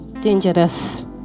Dangerous